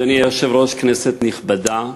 אדוני היושב-ראש, כנסת נכבדה,